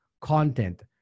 content